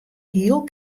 hiel